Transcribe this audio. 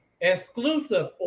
Exclusive